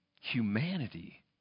humanity